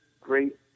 great